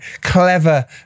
clever